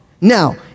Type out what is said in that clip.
Now